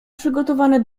przygotowane